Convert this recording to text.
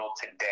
today